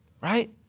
right